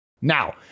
Now